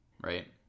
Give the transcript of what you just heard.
right